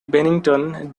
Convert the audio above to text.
bennington